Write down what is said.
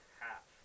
half